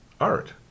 art